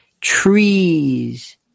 trees